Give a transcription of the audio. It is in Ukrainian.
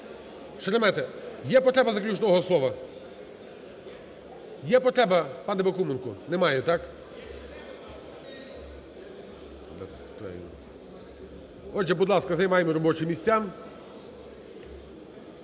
Шеремета, є потреба заключного слова? Є потреба, пане Бакуменко? Немає, так. Отже, будь ласка, займаємо робочі місця.